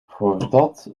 voordat